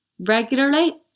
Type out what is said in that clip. Regularly